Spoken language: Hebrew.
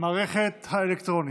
במערכת האלקטרונית.